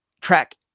track